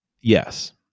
Yes